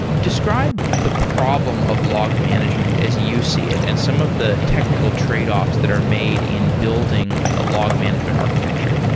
describe the problem of log management as you see it and some of the technical tradeoffs that are made in building a log management architecture.